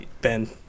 Ben